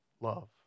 love